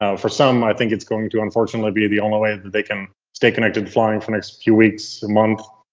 ah for some, i think it's going to unfortunately be the only way that they can stay connected flying for the next few weeks, a month.